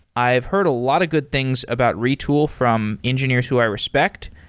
i've heard a lot of good things about retool from engineers who i respect.